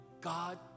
God